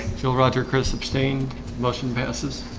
jill roger chris abstain motion passes